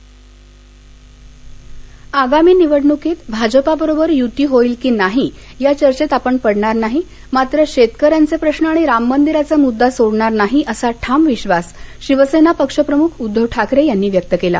उद्गव ठाकरे सोलापर आगामी निवडणुकीत भाजपाबरोबर युती होईल की नाही या चर्चेत आपण पडणार नाही मात्र शेतकऱ्यांचे प्रश्न आणि राम मंदिराचा मृद्दा सोडणार नाही असा ठाम विश्वास शिवसेना पक्ष प्रमुख उद्दव ठाकरे यांनी व्यक्त केला